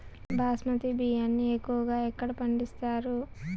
బాస్మతి బియ్యాన్ని ఎక్కువగా ఎక్కడ పండిస్తారు?